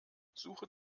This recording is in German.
suche